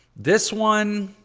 this one,